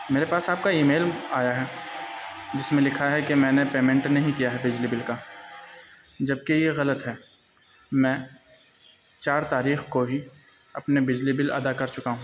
میرے پاس آپ کا ای میل آیا ہے جس میں لکھا ہے کہ میں نے پیمنٹ نہیں کیا ہے بجلی بل کا جبکہ یہ غلط ہے میں چار تاریخ کو ہی اپنے بجلی بل ادا کر چکا ہوں